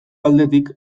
aldetik